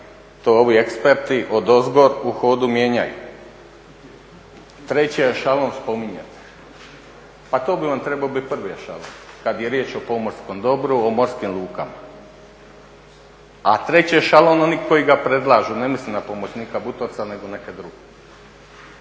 to ovi eksperti odozgor u hodu mijenjaju. Treći ešalon spominjat. Pa to bi vam trebao biti prvi ešalon kada je riječ o pomorskom dobru i morskim lukama. A treći ešalon oni koji ga predlažu, ne mislim na pomoćnika Butorca nego neke druge.